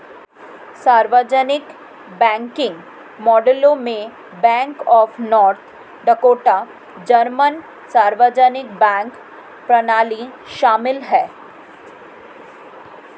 सार्वजनिक बैंकिंग मॉडलों में bank of North Dakota German सार्वजनिक बैंक प्रणाली शामिल है